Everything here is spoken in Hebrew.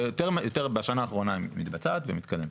יותר בשנה האחרונה היא מתבצעת ומתקדמת.